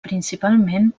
principalment